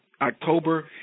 October